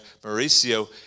Mauricio